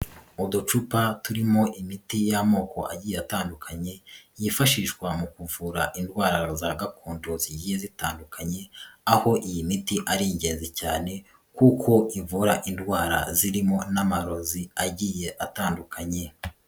Uducupa turimo imiti y'amoko agiye atandukanye yifashishwa mu kuvura indwara za gakondo zigiye zitandukanye, aho iyi miti ari ingenzi cyane kuko ivura indwara zirimo n'amarozi agiye atandukanye.